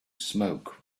smoke